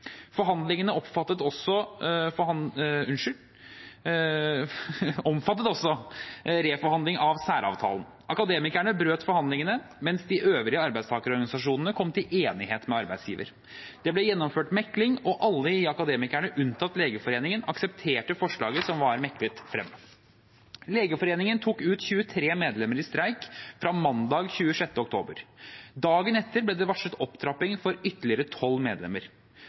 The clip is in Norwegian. Forhandlingene omfattet også reforhandling av særavtalen. Akademikerne brøt forhandlingene, mens de øvrige arbeidstakerorganisasjonene kom til enighet med arbeidsgiver. Det ble gjennomført mekling, og alle i Akademikerne unntatt Legeforeningen aksepterte forslaget som var meklet frem. Legeforeningen tok ut 23 medlemmer i streik fra mandag 26. oktober. Dagen etter ble det varslet opptrapping for ytterligere 12 medlemmer.